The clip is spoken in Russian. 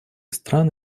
стран